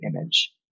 image